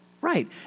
Right